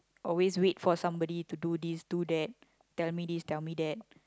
always wait for somebody to do this do that tell me this tell me that